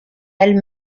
elle